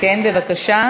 אפשר להוסיף אותי?